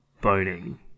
boning